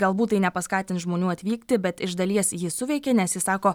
galbūt tai nepaskatins žmonių atvykti bet iš dalies ji suveikė nes jis sako